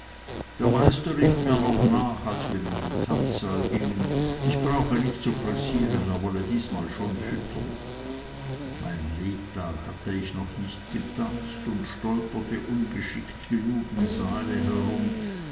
der meister rief mir noch nach als wir in den tanzsaal gingen ich brauche nicht zu pressieren er wolle diesmal schon futtern ich hatte noch nie getanzt und stolperte ungeschickt genug im saale herum